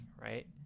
right